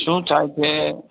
શું ચાલશે